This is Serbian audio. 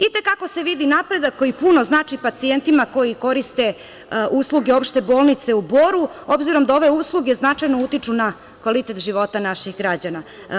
I te kako se vidi napredak koji puno znači pacijentima koji koriste usluge Opšte bolnice u Boru, obzirom da ove usluge značajno utiču na kvalitet života naših građana.